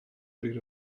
bryd